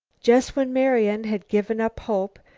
just when marian had given up hope,